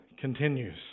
continues